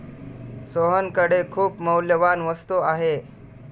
सोहनकडे खूप मौल्यवान वस्तू आहे